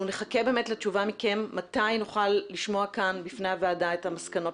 אנחנו נחכה לתשובה מכם מתי נוכל לשמוע כאן בפני הוועדה את המסקנות